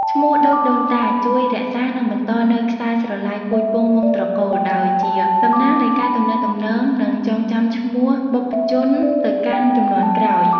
ឈ្មោះដូចដូនតា ជួយរក្សា និងបន្តនូវខ្សែស្រឡាយពូជពង្សវង្សត្រកូល ដោយជាតំណាងនៃការទំនាក់ទំនង និងចងចាំឈ្មោះបុព្វជនទៅកាន់ជំនាន់ក្រោយ។